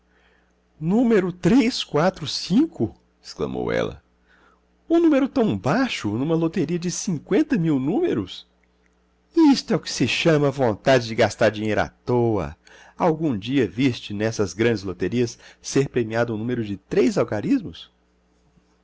úmero três quatro cinco exclamou ela um número tão baixo numa loteria de cinqüenta mil números isto é o que se chama vontade de gastar dinheiro à toa algum dia viste nessas grandes loterias ser premiado um número de três algarismos